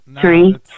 Three